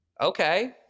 Okay